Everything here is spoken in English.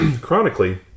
chronically